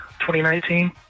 2019